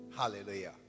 Hallelujah